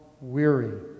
weary